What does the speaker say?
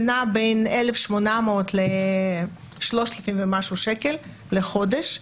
זה נע בין 1,800 ל-3,000 שקל ומשהו לחודש.